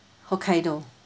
hokkaido